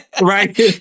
Right